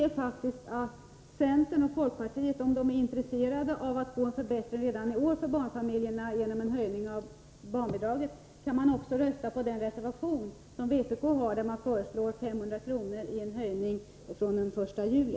Om man inom centern och folkpartiet är intresserad av att få till stånd en förbättring för barnfamiljerna redan i år genom en höjning av barnbidraget kan man också rösta på den vpk-reservation där det föreslås en höjning med 500 kr. från den 1 juli.